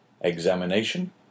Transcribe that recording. examination